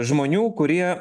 žmonių kurie